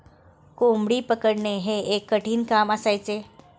कोंबडी पकडणे हे एक कठीण काम असायचे